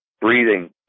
breathing